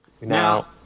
Now